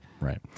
right